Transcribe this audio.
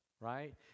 right